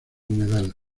humedal